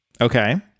Okay